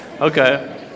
Okay